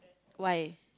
why